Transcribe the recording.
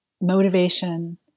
motivation